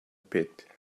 pit